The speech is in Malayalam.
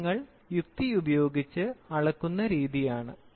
അത് നിങ്ങൾ യുക്തിഉപയോഗിച്ച് അളക്കുന്ന രീതിയാണ്